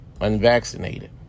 unvaccinated